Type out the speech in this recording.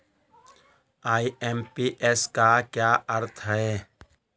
IMPS का क्या अर्थ है?